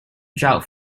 drought